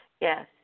Yes